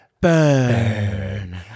Burn